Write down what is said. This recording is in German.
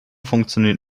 funktioniert